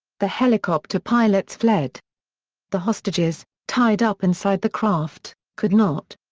the helicopter pilots fled the hostages, tied up inside the craft, could not.